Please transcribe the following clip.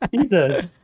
Jesus